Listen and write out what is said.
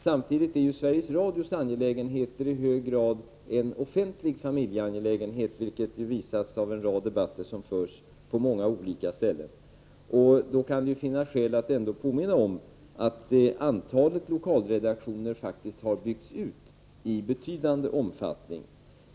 Samtidigt är ju Sveriges Radios angelägenheter i hög grad en offentlig familjeangeläghet, vilket visas av en rad debatter som förs på många olika ställen. Då kan det finnas skäl att påminna om att antalet lokalredaktioner faktiskt har byggts ut i betydande omfattning.